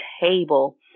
table